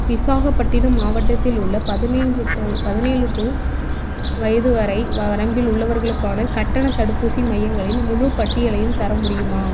விசாகப்பட்டினம் மாவட்டத்தில் உள்ள பதினைந்து ப பதினேழு டு வயது வரை வரம்பில் உள்ளவர்களுக்கான கட்டணத் தடுப்பூசி மையங்களின் முழுப் பட்டியலையும் தர முடியுமா